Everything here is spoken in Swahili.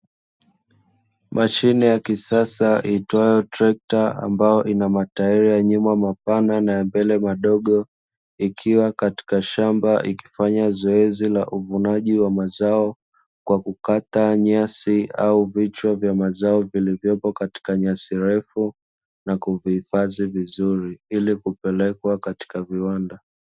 Mashine ya kisasa iitwayo trekta ambayo ina matairi ya nyuma mapana na ya mbele madogo. Likiwa katika shamba ikifanya zoezi la uvunaji wa mazao kwa kukata nyasi au vichwa vya mazao, vilivyopo katika nyasi refu na kuhifadhi vizuri ili kupelekwa katika viwanda.